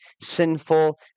sinful